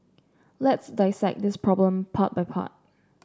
let's dissect this problem part by part